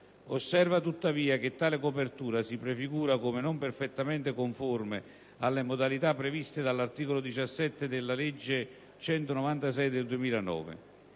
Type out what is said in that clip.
Osserva tuttavia che tale copertura si prefigura come non perfettamente conforme alle modalità previste dall'articolo 17 della legge n. 196 del 2009.